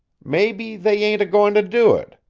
maybe they ain't a-goin' to do it,